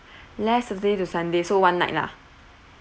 last saturday to sunday so one night lah